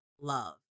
love